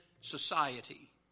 society